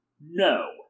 No